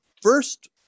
first